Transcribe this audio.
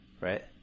right